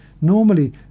Normally